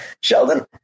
Sheldon